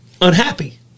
Unhappy